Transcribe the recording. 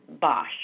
Bosch